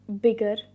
bigger